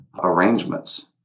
arrangements